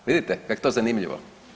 Ha, vidite kak je to zanimljivo.